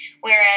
Whereas